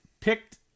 Picked